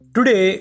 Today